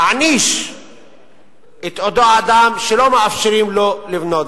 להעניש את אותו אדם שלא מאפשרים לו לבנות.